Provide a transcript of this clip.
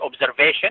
observation